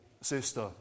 sister